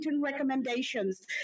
recommendations